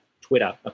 Twitter